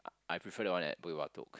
I prefer that one at Bukit-Batok